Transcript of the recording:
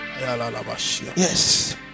Yes